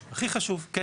כן.